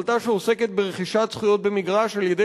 החלטה שעוסקת ברכישת זכויות במגרש על-ידי